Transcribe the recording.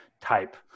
type